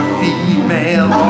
female